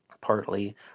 partly